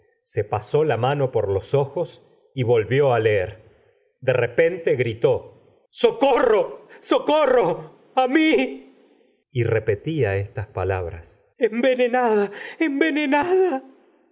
se pasó la mano por los ojos y volvió á leer de repente gritó socorro socorro a mí y repetía estas palabras envenenada envenenada